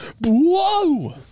Whoa